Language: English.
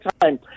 time